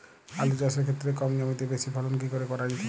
আলু চাষের ক্ষেত্রে কম জমিতে বেশি ফলন কি করে করা যেতে পারে?